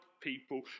people